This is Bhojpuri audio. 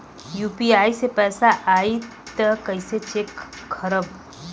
यू.पी.आई से पैसा आई त कइसे चेक खरब?